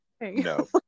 no